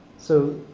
so